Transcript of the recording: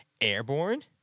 Airborne